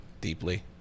deeply